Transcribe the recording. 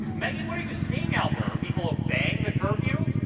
maggie what are you seeing out there are people obeying the curfew.